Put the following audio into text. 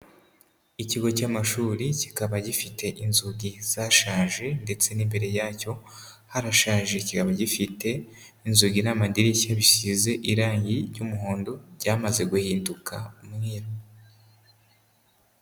Ikigo cy'amashuri kikaba gifite inzugi zashaje ndetse n'imbere yacyo harashaje, kikaba gifite inzugi n'amadirishya bisize irangi ry'umuhondo, byamaze guhinduka umweru.